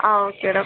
ആ okay doctor